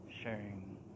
sharing